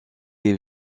les